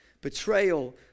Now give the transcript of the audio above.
betrayal